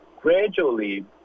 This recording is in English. gradually